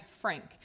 frank